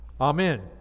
Amen